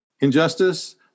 injustice